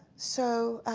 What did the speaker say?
so